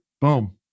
Boom